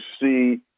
see